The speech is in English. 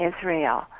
Israel